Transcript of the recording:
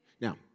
Now